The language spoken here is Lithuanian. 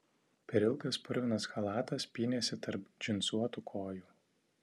per ilgas purvinas chalatas pynėsi tarp džinsuotų kojų